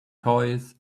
toys